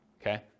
okay